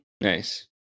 Nice